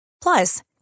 Plus